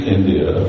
India